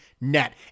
net